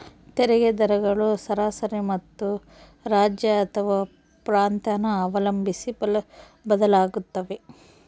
ತೆರಿಗೆ ದರಗಳು ಸರಾಸರಿ ಮತ್ತು ರಾಜ್ಯ ಅಥವಾ ಪ್ರಾಂತ್ಯನ ಅವಲಂಬಿಸಿ ಬದಲಾಗುತ್ತವೆ